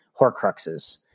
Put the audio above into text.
horcruxes